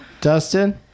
Dustin